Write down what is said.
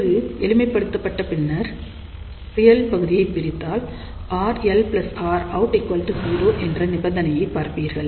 சிறிது எளிமைப்படுத்தப்பட்ட பின்னர் ரியல் பகுதியை பிரித்தால் RLRout0 என்ற நிபந்தனையை பார்ப்பீர்கள்